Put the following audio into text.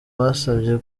basabye